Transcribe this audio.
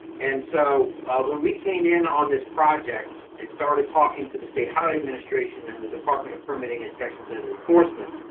and so when we came in on this project and started talking to the state highway administration and the department of permitting inspections and enforcement,